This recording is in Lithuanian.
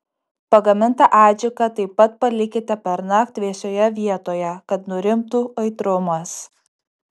pagamintą adžiką taip pat palikite pernakt vėsioje vietoje kad nurimtų aitrumas